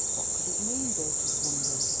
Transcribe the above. what could it mean? beatrice wondered.